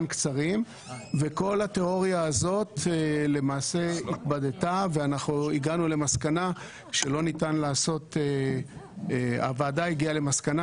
קצרים וכל התיאוריה הזאת למעשה התבדתה הוועדה הגיעה למסקנה